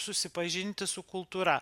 susipažinti su kultūra